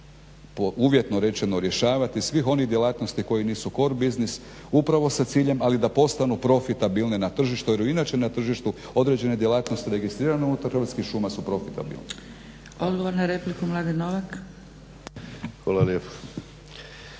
uvjetno rečeno rješavati svih onih djelatnosti koje nisu kor biznis upravo sa ciljem ali da postanu profitabilne na tržištu jer inače na tržištu određene djelatnosti registrirane unutar Hrvatskih šuma su profitabilne.